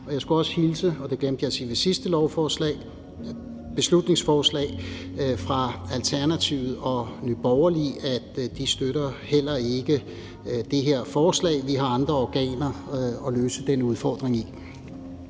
Jeg skulle også hilse – og det glemte jeg at sige ved det sidste beslutningsforslag – fra Alternativet og Nye Borgerlige og sige, at de heller ikke støtter det her forslag. Vi har andre organer at løse den udfordring i.